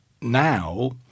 now